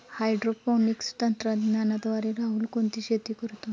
Hydroponics तंत्रज्ञानाद्वारे राहुल कोणती शेती करतो?